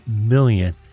million